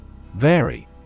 Vary